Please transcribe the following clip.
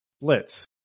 Blitz